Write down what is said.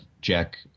Jack